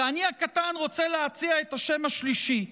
ואני הקטן רוצה להציע את השם השלישי,